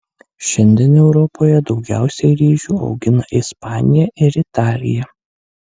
šiandien europoje daugiausiai ryžių augina ispanija ir italija